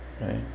right